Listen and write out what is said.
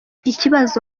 ikibazo